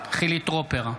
חילי טרופר,